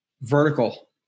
Vertical